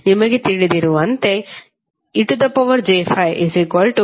ನಿಮಗೆ ತಿಳಿದಿರುವಂತೆ ej∅cos∅jsin∅